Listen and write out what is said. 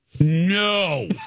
No